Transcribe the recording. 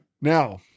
Now